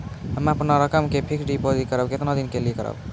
हम्मे अपन रकम के फिक्स्ड डिपोजिट करबऽ केतना दिन के लिए करबऽ?